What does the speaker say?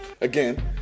again